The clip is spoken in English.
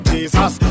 Jesus